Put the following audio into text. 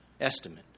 estimate